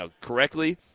correctly